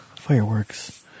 fireworks